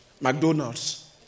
McDonald's